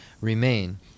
remain